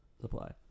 supply